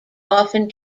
often